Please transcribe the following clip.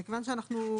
וכיוון שאנחנו,